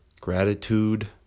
gratitude